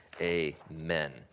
amen